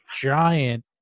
giant